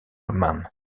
man